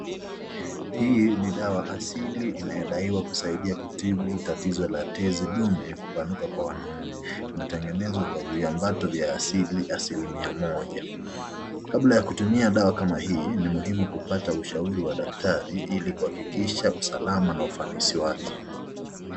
Hii ni dawa asili inayodaiwa kutibu tatizo la tezi dume kwa wanaume. Imetengenezwa kwa viambato vya asili mia moja. Kabla ya kutumia dawa hii ni muhimu ni vizuri kupata ushauri wa daktari ili kuhakikisha usalama na ufanisi wake.